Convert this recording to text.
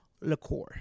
liqueur